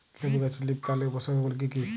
লেবু গাছে লীফকার্লের উপসর্গ গুলি কি কী?